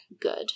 good